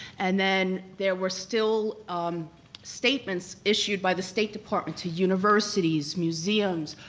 and then there were still statements issued by the state department to universities, museums,